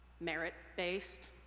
merit-based